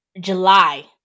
July